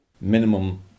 minimum